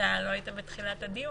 דיברנו על זה בתחילת הדיון.